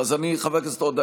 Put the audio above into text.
חבר הכנסת עודה,